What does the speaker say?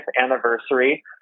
anniversary